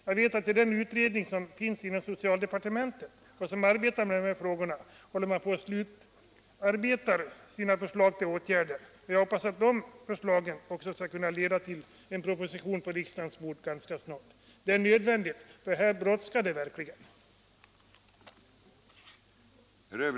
Jag vet att den utredning som inom socialdepartementet arbetar med dessa frågor håller på att slutföra sitt arbete med förslag till åtgärder och att det skall leda till att en proposition kan framläggas ganska snart. Detta är nödvändigt — här brådskar det verkligen! den det ej vill röstar nej. Etableringsregler den det ej vill röstar nej.